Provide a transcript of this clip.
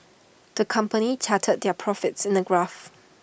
the company charted their profits in A graph